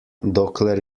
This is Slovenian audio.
dokler